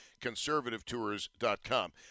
conservativetours.com